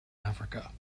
africa